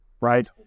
Right